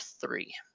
three